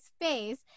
face